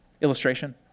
illustration